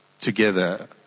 together